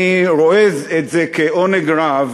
אני רואה את זה כעונג רב